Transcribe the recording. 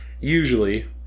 Usually